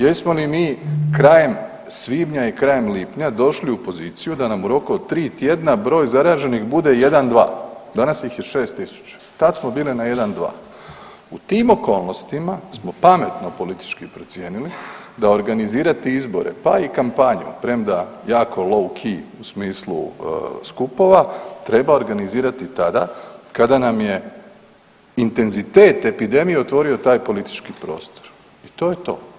Jesmo li mi krajem svibnja i krajem lipnja došli u poziciju da nam u roku od 3 tjedna broj zaraženih bude 1-2, danas ih je 6.000, tad smo bili na 1-2. U tim okolnostima smo pametno politički procijenili da organizirati izbore, pa i kampanju premda jako … [[Govornik se ne razumije]] u smislu skupova treba organizirati tada kada nam je intenzitet epidemije otvorio taj politički prostor i to je to.